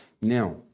Now